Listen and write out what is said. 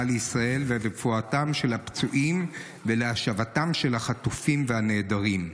לישראל ולרפואתם של הפצועים ולהשבתם של החטופים והנעדרים.